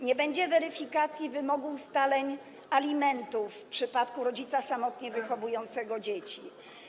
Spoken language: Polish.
Nie będzie weryfikacji wymogu ustaleń alimentów w przypadku rodzica samotnie wychowującego dzieci.